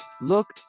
Look